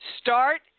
start